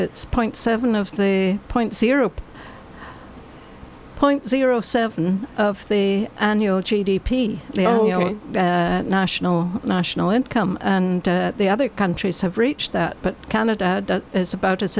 it's point seven of the point zero point zero seven of the annual g d p national national income and the other countries have reached that but canada is about as